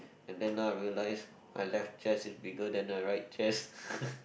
and then now I realise my left chest is bigger than the right chest